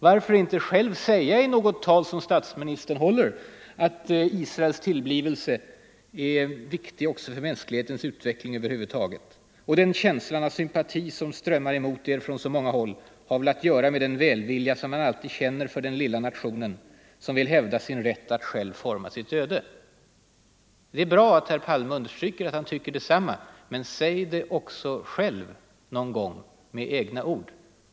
Varför inte själv säga i något tal som statsministern håller att Israels tillblivelse ”är viktig också för mänsklighetens utveckling över huvud taget” och ”den känslan av sympati, som strömmar emot er från så många håll, den har väl att göra med många ting, den har att göra med den välvilja, som man alltid känner för den lilla nationen, som vill hävda sin rätt att själv forma sitt öde”. Det är bra att herr Palme säger att han tycker detsamma i dag. Men säg det själv någon gång med egna ord!